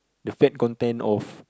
the fat content of